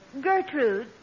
Gertrude